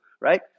right